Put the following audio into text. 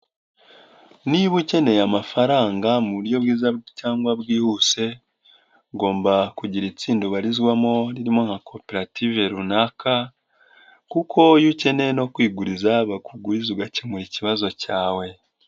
Niba ukeneye amafaranga mu buryo bwiza cyangwa bwihuse ugomba kugira itsinda ubarizwamo ririmo nka koperative runaka kuko iyo ukeneye no kwiguriza bakuguriza ugakemura ikibazo cyawe.